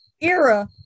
era